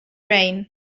rain